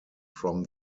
from